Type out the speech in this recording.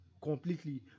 completely